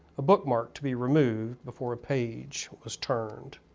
a bookmark to be removed before a page was turned.